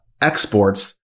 exports